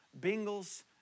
Bengals